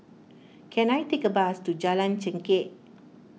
can I take a bus to Jalan Chengkek